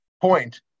point